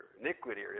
iniquity